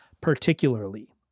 particularly